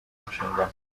inshingano